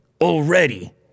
already